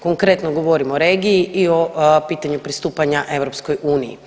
Konkretno govorim o regiji i o pitanju pristupanja EU.